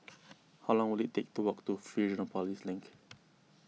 how long will it take to walk to Fusionopolis Link